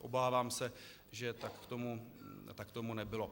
Obávám se, že tak tomu nebylo.